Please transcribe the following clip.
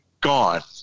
gone